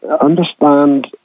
understand